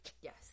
Yes